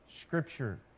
Scripture